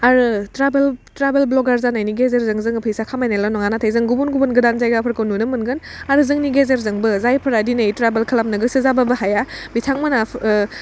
आरो travel vlogger जानायनि गेजेरजों जोङो फैसा खामायनायल' नङा नाथाय जों गुबुन गुबुन गोदान जायगाफोरखौ नुनो मोनगोन आरो जोंनि गेजेरजोंबो जायफोरा दिनै ट्राभोल खालामनो गोसो जाबाबो हाया बिथांमोना फोफ